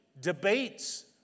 debates